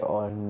on